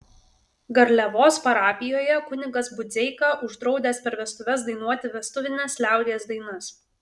garliavos parapijoje kunigas budzeika uždraudęs per vestuves dainuoti vestuvines liaudies dainas